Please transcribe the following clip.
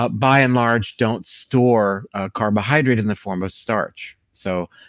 but by and large don't store carbohydrate in the form of starch. so